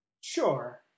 Sure